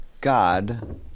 God